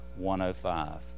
105